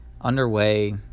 underway